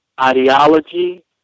ideology